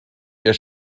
ihr